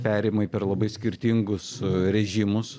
perėjimai per labai skirtingus režimus